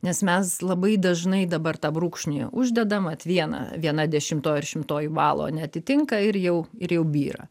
nes mes labai dažnai dabar tą brūkšnį uždedam vat vieną viena dešimtoji ar šimtoji balo neatitinka ir jau ir jau byra